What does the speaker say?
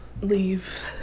leave